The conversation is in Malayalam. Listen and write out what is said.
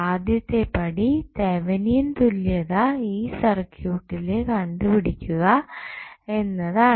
ആദ്യത്തെ പടി തെവനിയൻ തുല്യതാ ഈ സർക്യൂട്ടിലെ കണ്ടുപിടിക്കുക എന്നതാണ്